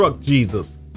Jesus